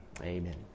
Amen